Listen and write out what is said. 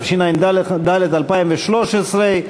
התשע"ד 2013,